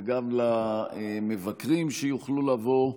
וגם למבקרים שיוכלו לבוא,